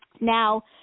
Now